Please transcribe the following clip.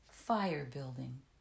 fire-building